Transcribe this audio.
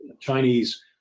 Chinese